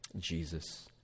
Jesus